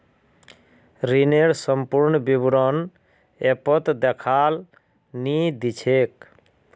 ऋनेर संपूर्ण विवरण ऐपत दखाल नी दी छेक